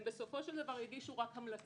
הם בסופו של דבר יגישו רק המלצות.